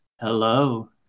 Hello